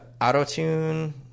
auto-tune